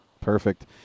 Perfect